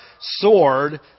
sword